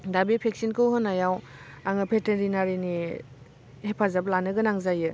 दा बे भेकसिनखौ होनायाव आङो बेटेरिनारीनि हेफाजाब लानो गोनां जायो